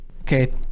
Okay